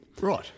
Right